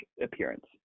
appearance